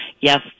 Yes